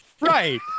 Right